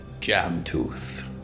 Jamtooth